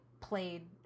played